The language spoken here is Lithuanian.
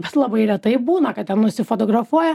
bet labai retai būna kad ten nusifotografuoja